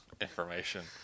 information